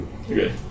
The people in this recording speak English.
Okay